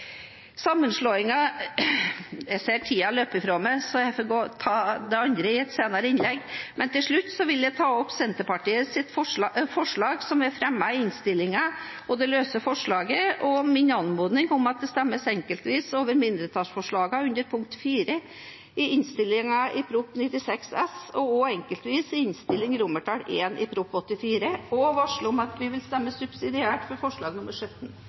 imøtekommet. Jeg ser at tiden løper fra meg, så jeg får ta det andre i et senere innlegg. Men til slutt vil jeg ta opp Senterpartiets forslag som er fremmet i innstillingene, i tillegg til det løse forslaget, og jeg anmoder om at det stemmes enkeltvis over mindretallsforslagene i innstillingen til Prop. 96 S og også enkeltvis over innstillingen til Prop. 84 S. Jeg varsler om at vi vil stemme subsidiært for forslag nr. 17,